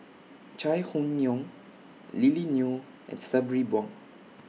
Chai Hon Yoong Lily Neo and Sabri Buang